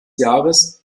jahres